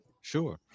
sure